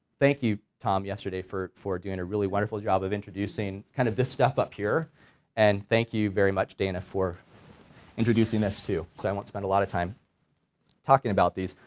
thank you tom yesterday for for doing a really wonderful job of introducing kind of this stuff up here and thank you very much dana for introducing us too, so i won't spend a lot of time talking about these,